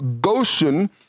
Goshen